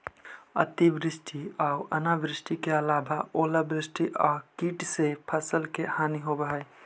अतिवृष्टि आऊ अनावृष्टि के अलावा ओलावृष्टि आउ कीट से फसल के हानि होवऽ हइ